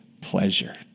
pleasure